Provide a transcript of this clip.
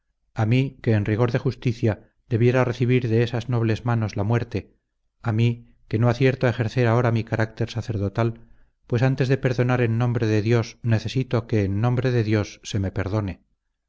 a mí que en rigor de justicia debiera recibir de esas nobles manos la muerte a mí que no acierto a ejercer ahora mi carácter sacerdotal pues antes de perdonar en nombre de dios necesito que en nombre de dios se me perdone